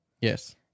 Yes